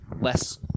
less